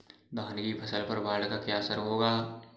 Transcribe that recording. धान की फसल पर बाढ़ का क्या असर होगा?